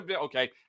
okay